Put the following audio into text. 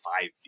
five